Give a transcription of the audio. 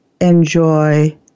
Enjoy